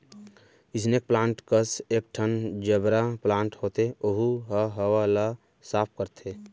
snake plant कस एकठन gerbera plant होथे ओहू ह हवा ल साफ करथे